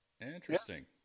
Interesting